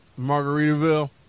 Margaritaville